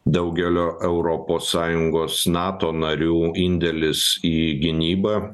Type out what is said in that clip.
daugelio europos sąjungos nato narių indėlis į gynybą